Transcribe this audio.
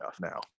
now